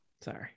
Sorry